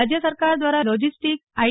રાજ્ય સરકાર દ્વારા લોજીસ્ટીક આઈ